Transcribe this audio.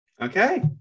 Okay